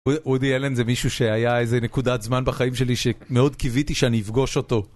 וודי אלן זה מישהו שהיה איזה נקודת זמן בחיים שלי שמאוד קיוויתי שאני אפגוש אותו.